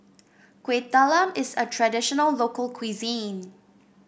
Kuih Talam is a traditional local cuisine